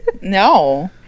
No